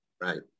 Right